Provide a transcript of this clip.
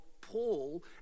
Paul